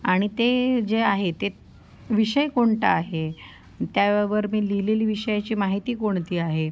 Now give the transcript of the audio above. आणि ते जे आहे ते विषय कोणता आहे त्यावर मी लिहिलेली विषयाची माहिती कोणती आहे